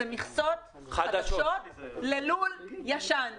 הם אמרו שמבחינה מקצועית נכון לתת את זה ללול בלא כלובים.